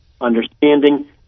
understanding